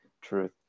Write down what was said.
truth